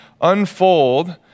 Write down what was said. unfold